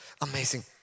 Amazing